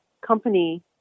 company